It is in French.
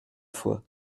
fois